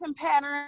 pattern